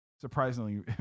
surprisingly